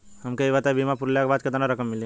हमके ई बताईं बीमा पुरला के बाद केतना रकम मिली?